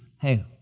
hey